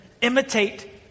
Imitate